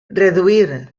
reduir